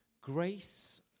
Grace